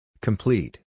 Complete